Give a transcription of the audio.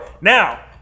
Now